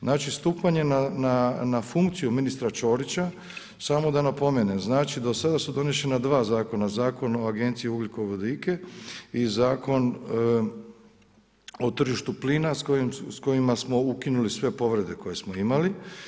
Znači stupanje na funkciju ministra Čorića, samo da napomenem, znači, do sada su donešena 2 zakona, Zakon o Agenciji ugljikovodike i Zakon o tržištu plina, s kojima smo ukinuli sve povrede koje smo imali.